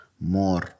more